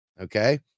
Okay